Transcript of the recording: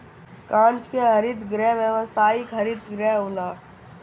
कांच के हरित गृह व्यावसायिक हरित गृह होला